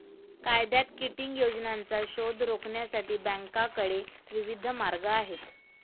कायद्यात किटिंग योजनांचा शोध रोखण्यासाठी बँकांकडे विविध मार्ग आहेत